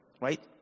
Right